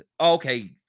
okay